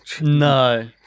no